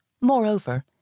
Moreover